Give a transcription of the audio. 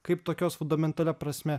kaip tokios fundamentalia prasme